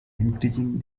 increasing